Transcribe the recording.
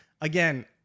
again